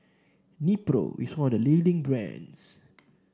Nepro is one of the leading brands